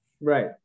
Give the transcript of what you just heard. Right